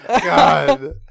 God